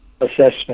Assessment